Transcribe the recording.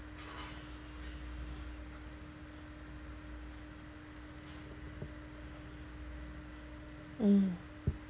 mm